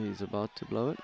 he's about to blow it